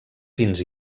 fins